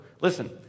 Listen